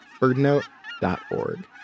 birdnote.org